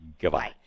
Goodbye